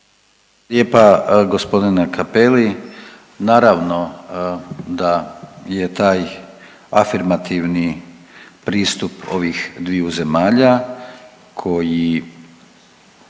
Je pa g. Cappelli naravno da je taj afirmativni pristup ovih dviju zemalja koji,